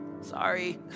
Sorry